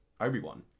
Obi-Wan